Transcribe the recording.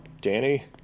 Danny